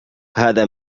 هذا